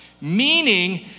meaning